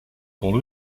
ton